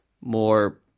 more